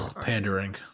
pandering